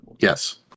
Yes